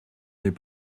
n’est